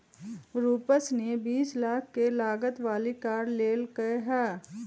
रूपश ने बीस लाख के लागत वाली कार लेल कय है